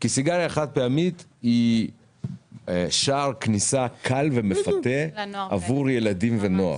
כי סיגריה חד פעמית היא שער כניסה קל ומפתה עבור ילדים ונוער.